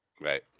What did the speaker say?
Right